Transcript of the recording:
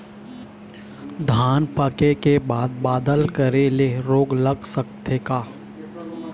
धान पाके के बाद बादल करे ले रोग लग सकथे का?